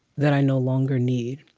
that i no longer need?